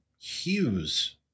Hughes